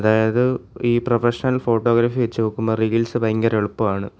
അതായത് ഈ professional photography വെച്ചു നോക്കുമ്പോൾ റീൽസ് ഭയങ്കരെളുപ്പമാണ്